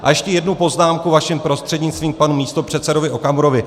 A ještě jednu poznámku, vaším prostřednictvím, k panu místopředsedovi Okamurovi.